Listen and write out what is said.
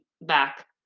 back